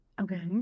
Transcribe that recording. Okay